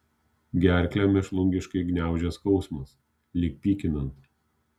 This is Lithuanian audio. gerklę mėšlungiškai gniaužė skausmas lyg pykinant